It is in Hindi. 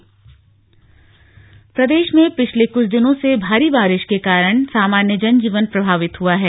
मौसम प्रदेश में पिछले कुछ दिनों से भारी बारिश के कारण सामान्य जन जीवन प्रभावित हुआ है